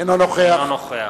אינו נוכח